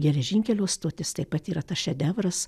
geležinkelio stotis taip pat yra tas šedevras